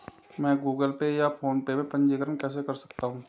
मैं Google Pay या फोनपे में पंजीकरण कैसे कर सकता हूँ?